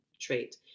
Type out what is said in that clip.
trait